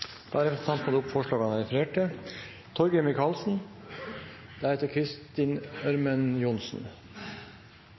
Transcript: Da har representanten Audun Lysbakken tatt opp de forslagene han refererte til.